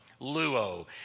luo